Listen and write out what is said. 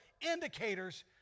indicators